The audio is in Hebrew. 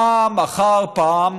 פעם אחר פעם.